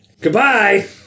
Goodbye